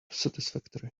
satisfactory